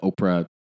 Oprah